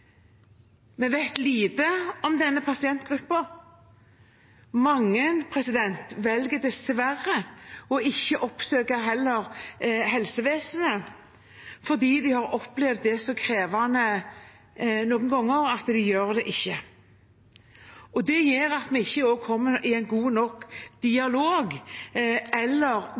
Vi vet lite om denne pasientgruppen. Mange velger dessverre å ikke oppsøke helsevesenet, fordi de har opplevd det så krevende noen ganger at de ikke gjør det. Det gjør at de heller ikke kommer i en god nok dialog, eller